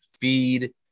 feed